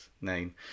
name